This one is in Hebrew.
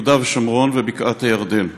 ביהודה ושומרון ובקעת-הירדן.